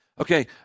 Okay